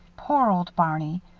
poor old barney!